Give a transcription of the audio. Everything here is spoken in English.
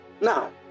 Now